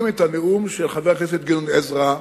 את הנאום של חבר הכנסת גדעון עזרא,